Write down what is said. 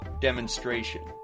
demonstration